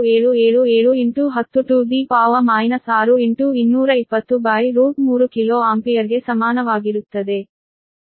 6777 10 62203 kilo ಆಂಪಿಯರ್ಗೆ ಸಮಾನವಾಗಿರುತ್ತದೆ